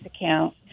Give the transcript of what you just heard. account